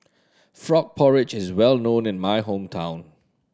frog porridge is well known in my hometown